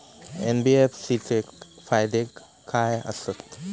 NBFC चे फायदे खाय आसत?